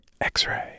X-Ray